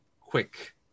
quick